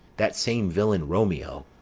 that same villain romeo.